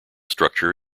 structure